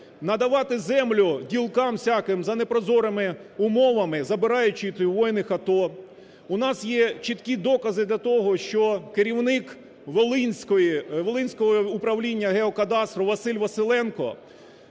надавати землю ділкам всяким за непрозорими умовами, забираючи у воїнів АТО. У нас є чіткі докази того, що керівник Волинського управління геокадастру Василь Василенко